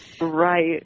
Right